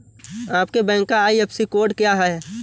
आपके बैंक का IFSC code क्या है?